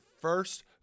first